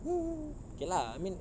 mm okay lah I mean